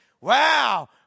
wow